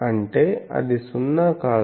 అంటే అది సున్నా కాదు